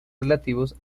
relativos